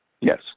Yes